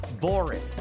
boring